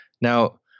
now